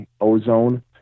ozone